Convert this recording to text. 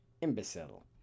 imbecile